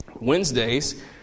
Wednesdays